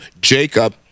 Jacob